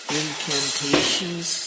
incantations